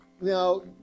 now